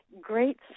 great